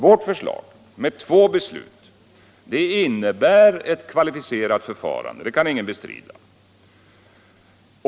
Vårt förslag med två beslut innebär ett kvalificerat förfarande, det kan ingen bestrida.